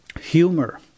humor